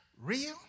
real